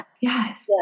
Yes